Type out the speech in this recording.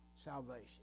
salvation